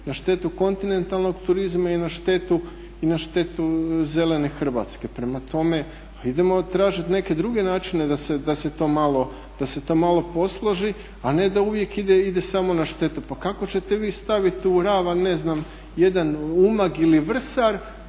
na štetu kontinentalnog turizma i na štetu zelene Hrvatske. Prema tome, pa idemo tražiti neke druge načine da se to malo posloži, a ne da uvijek ide samo na štetu. Pa kako ćete vi staviti u ravan ne znam jedan Umag ili Vrsar